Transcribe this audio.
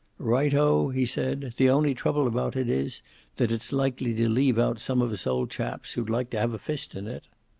right-o! he said. the only trouble about it is that it's likely to leave out some of us old chaps, who'd like to have a fist in it.